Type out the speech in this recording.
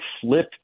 flip